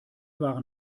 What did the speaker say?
waren